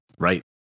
right